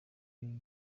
ibi